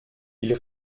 ils